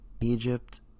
Egypt